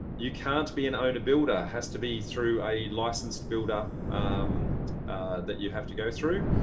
you can't be an owner builder has to be through a licensed builder that you have to go through.